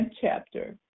chapter